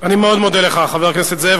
אני מאוד מודה לך, חבר הכנסת זאב.